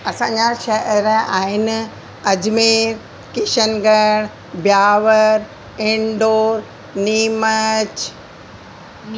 असांजा शहर आहिनि अजमेर किशन गढ़ ब्यावर इंदौर निमच